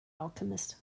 alchemist